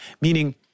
meaning